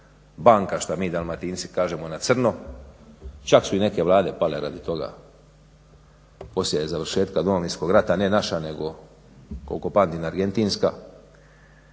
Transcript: banka što mi Dalmatinci kažemo na crno, čak su i neke vlade pale radi toga, poslije završetka Domovinskog rata, ne naša nego koliko pamtim argentinska.